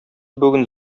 бүген